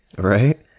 right